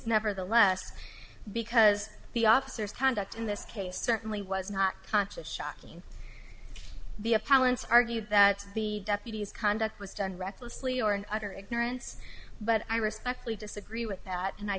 nevertheless because the officers conduct in this case certainly was not conscious shocking the appellant's argue that the deputies conduct was done recklessly or an utter ignorance but i respectfully disagree with that and i